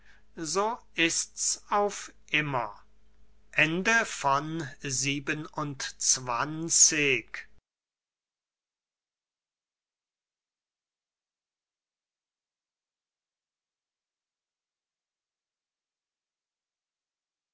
so ists auf immer